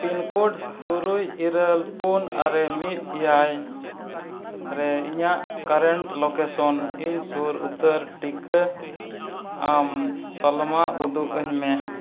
ᱛᱩᱨᱩᱭ ᱤᱨᱟᱹᱞ ᱯᱩᱱ ᱟᱨᱮ ᱢᱤᱫ ᱮᱭᱟᱭ ᱨᱮ ᱤᱧᱟᱹᱜ ᱤᱧ ᱥᱩᱨ ᱩᱛᱟᱹᱨ ᱴᱤᱠᱟᱹ ᱟᱢ ᱛᱟᱞᱢᱟ ᱩᱫᱩᱜ ᱟᱹᱧ ᱢᱮ